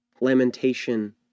Lamentation